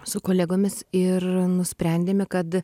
su kolegomis ir nusprendėme kad